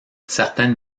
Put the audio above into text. certaine